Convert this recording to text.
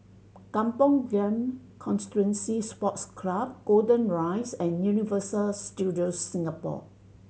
Kampong Glam Constituency Sports Club Golden Rise and Universal Studios Singapore